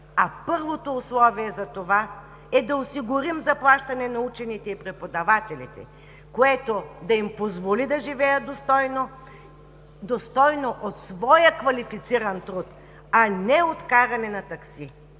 А първото условие за това е да осигурим заплащане на учените и преподавателите, което да им позволи да живеят достойно – достойно от своя квалифициран труд, а не от каране на такси.